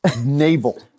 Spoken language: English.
navel